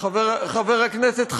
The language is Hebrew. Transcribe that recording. חבר הכנסת חזן,